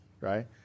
right